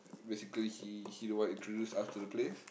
basically he he work with cruise after the place